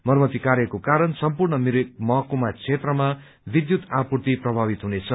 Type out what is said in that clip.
मरम्मती कार्यको कारण सम्पूर्ण मिरिक महकुमा क्षेत्रमा विद्युत आपूर्तिबाट प्रभावित हुनेछ